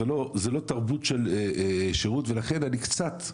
זאת לא תרבות של שירות ולכן אני קצת חושש.